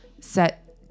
set